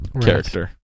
character